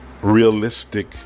realistic